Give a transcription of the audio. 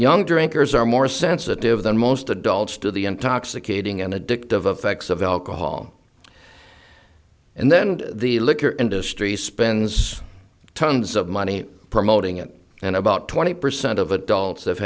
young drinkers are more sensitive than most adults to the intoxicating and addictive affects of alcohol and then the liquor industry spends tons of money promoting it and about twenty percent of adults have